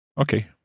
Okay